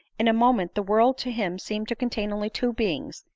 in a moment the world to him seemed to contain only two beings,